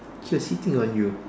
he was hitting on you